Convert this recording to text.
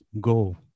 go